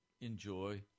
enjoy